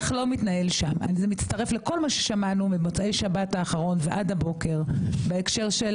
זה מצטרף לכל מה ששמענו ממוצאי שבת האחרון ועד הבוקר בהקשר של